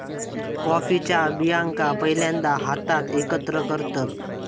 कॉफीच्या बियांका पहिल्यांदा हातात एकत्र करतत